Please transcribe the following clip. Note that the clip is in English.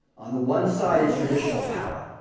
on the one side, it's traditional power,